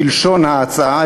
כלשון ההצעה,